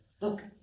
Look